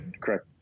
correct